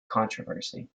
controversy